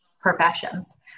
professions